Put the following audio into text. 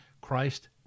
Christ